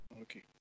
Okay